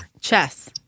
Chess